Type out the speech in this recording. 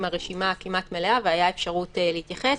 רשימה כמעט מלאה והייתה אפשרות להתייחס.